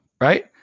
Right